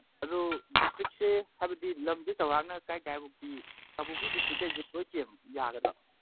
ꯑꯗꯨ ꯗꯤꯁꯇ꯭ꯔꯤꯛꯁꯦ ꯍꯥꯏꯕꯗꯤ ꯂꯝꯁꯦ ꯆꯧꯔꯥꯛꯅ ꯀꯥꯏ ꯀꯥꯏꯕꯨꯛꯇꯤ ꯀꯥꯡꯄꯣꯛꯄꯤ ꯗꯤꯁꯇ꯭ꯔꯤꯛꯀꯩꯁꯦ ꯂꯣꯏ ꯌꯥꯒꯗ꯭ꯔꯣ